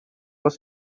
was